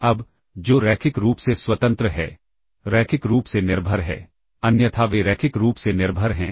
अब जो रैखिक रूप से स्वतंत्र है रैखिक रूप से निर्भर है अन्यथा वे रैखिक रूप से निर्भर हैं